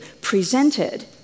presented